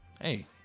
hey